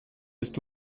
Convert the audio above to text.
ist